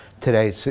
today